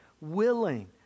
willing